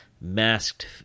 masked